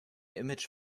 image